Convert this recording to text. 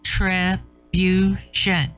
retribution